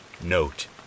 Note